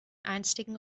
einstigen